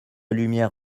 lumière